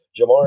Jamar